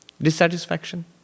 dissatisfaction